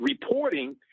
reporting